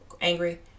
angry